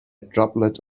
droplet